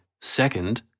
second